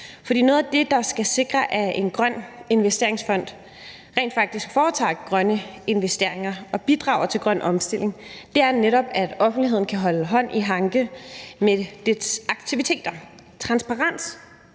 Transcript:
For noget af det, der skal sikre, at en grøn investeringsfond rent faktisk foretager grønne investeringer og bidrager til grøn omstilling, er netop, at offentligheden kan holde hånd i hanke med dens aktiviteter. Transparens